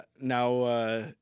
Now